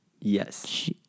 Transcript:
Yes